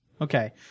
Okay